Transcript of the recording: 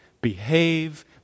behave